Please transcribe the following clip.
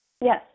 Yes